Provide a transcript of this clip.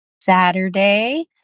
Saturday